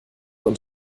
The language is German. und